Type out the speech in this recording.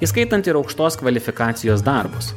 įskaitant ir aukštos kvalifikacijos darbus